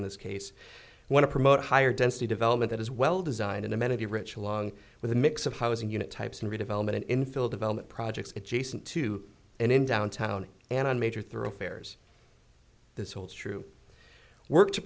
in this case want to promote higher density development as well designed an amenity rich along with a mix of housing unit types and redevelopment infill development projects adjacent to and in downtown and on major thoroughfares this holds true work to